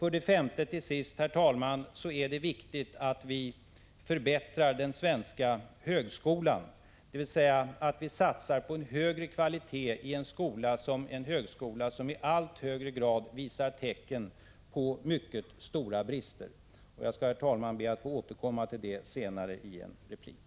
För det femte och till sist vill jag säga att det är viktigt att vi förbättrar den svenska högskolan, dvs. att vi satsar på en förbättrad kvalitet i en högskola som i allt högre grad visar tecken på mycket stora brister. Jag ber, herr talman, att få återkomma till detta i ett senare inlägg.